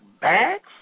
bags